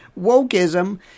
wokeism